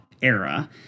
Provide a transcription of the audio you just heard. Era